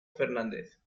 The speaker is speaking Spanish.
fernández